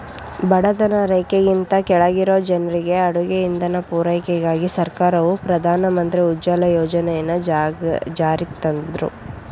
ಬಡತನ ರೇಖೆಗಿಂತ ಕೆಳಗಿರೊ ಜನ್ರಿಗೆ ಅಡುಗೆ ಇಂಧನ ಪೂರೈಕೆಗಾಗಿ ಸರ್ಕಾರವು ಪ್ರಧಾನ ಮಂತ್ರಿ ಉಜ್ವಲ ಯೋಜನೆಯನ್ನು ಜಾರಿಗ್ತಂದ್ರು